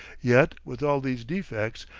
yet, with all these defects,